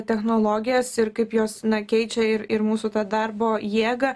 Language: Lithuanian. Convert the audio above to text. technologijas ir kaip jos na keičia ir ir mūsų tą darbo jėgą